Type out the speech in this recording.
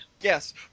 Yes